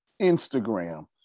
Instagram